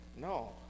No